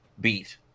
beat